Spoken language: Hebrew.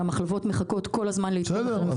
שהמחלבות מחכות כל הזמן לעדכון.